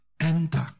enter